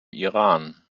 iran